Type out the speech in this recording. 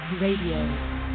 Radio